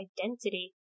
identity